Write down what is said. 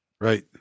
Right